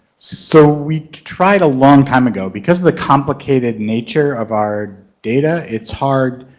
so we tried a long time ago because of the complicated nature of our data it's hard.